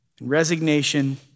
Resignation